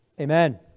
Amen